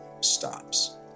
stops